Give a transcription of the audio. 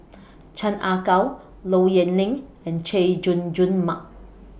Chan Ah Kow Low Yen Ling and Chay Jung Jun Mark